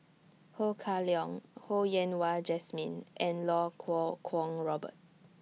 Ho Kah Leong Ho Yen Wah Jesmine and Lau Kuo Kwong Robert